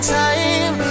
time